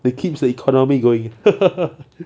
that keeps the economy going